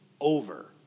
over